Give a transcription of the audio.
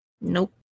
Nope